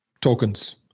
tokens